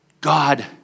God